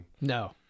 No